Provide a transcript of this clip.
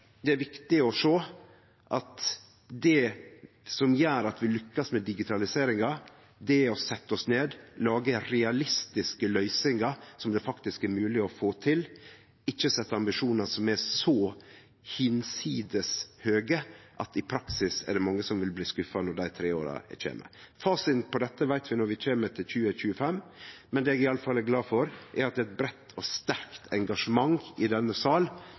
det er viktig å sjå at det som gjer at vi lukkast med digitaliseringa, er å setje oss ned og lage realistiske løysingar som det faktisk er mogleg å få til – ikkje å setje ambisjonar som er så bortanfor høge at det i praksis er mange som vil bli skuffa etter dei tre åra. Fasiten på dette veit vi når vi kjem til 2025, men det eg i alle fall er glad for, er at det er eit breitt og sterkt engasjement i denne